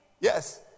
yes